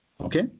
Okay